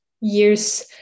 years